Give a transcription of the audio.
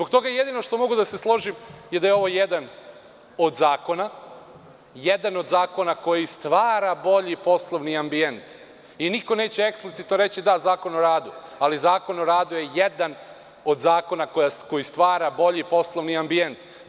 Zbog toga, jedino što mogu da se složim je da je ovo jedan od zakona koji stvara bolji poslovni ambijent i niko neće eksplicitno reći – da, Zakon o radu, ali Zakon o radu je jedan od zakona koji stvara bolji poslovni ambijent.